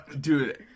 Dude